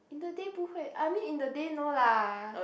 in the day bu hui I mean in the day no lah